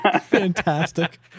Fantastic